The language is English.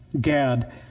Gad